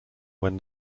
when